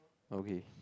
okay